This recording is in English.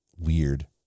weird